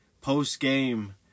post-game